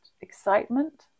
excitement